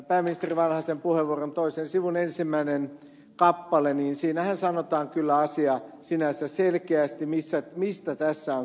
pääministeri vanhasen puheenvuoron toisen sivun ensimmäisessä kappaleessahan sanotaan kyllä sinänsä selkeästi se asia mistä tässä on kysymys